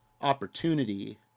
opportunity